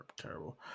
terrible